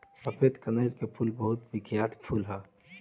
सफेद कनईल के फूल बहुत बिख्यात फूल ह